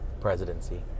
presidency